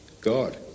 God